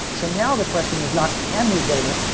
so now, the question is not, can we build it?